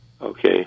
Okay